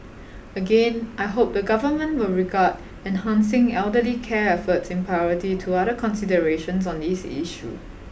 again I hope the government will regard enhancing elderly care efforts in priority to other considerations on this issue